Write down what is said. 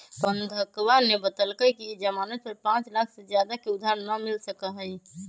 प्रबंधकवा ने बतल कई कि ई ज़ामानत पर पाँच लाख से ज्यादा के उधार ना मिल सका हई